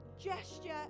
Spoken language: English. gesture